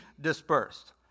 dispersed